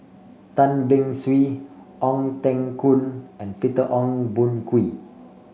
Tan Beng Swee Ong Teng Koon and Peter Ong Boon Kwee